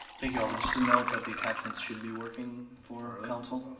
thank you alder, just to note that the attachments should be working for council.